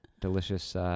delicious